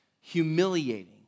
humiliating